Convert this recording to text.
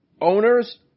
owners